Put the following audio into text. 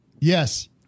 Yes